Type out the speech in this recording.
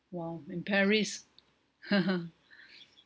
!wow! in paris